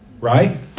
Right